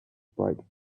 bright